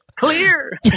Clear